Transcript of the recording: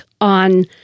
on